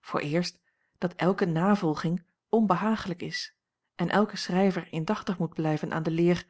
vooreerst dat elke navolging onbehaaglijk is en elke schrijver indachtig moet blijven aan de leer